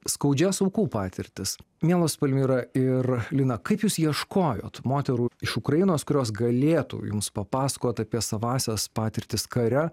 skaudžias aukų patirtis mielos palmira ir lina kaip jūs ieškojot moterų iš ukrainos kurios galėtų jums papasakot apie savąsias patirtis kare